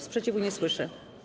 Sprzeciwu nie słyszę.